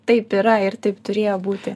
taip yra ir taip turėjo būti